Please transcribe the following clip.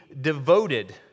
devoted